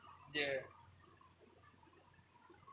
ya